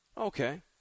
okay